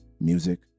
music